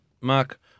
Mark